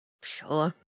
Sure